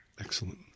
Excellent